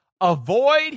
avoid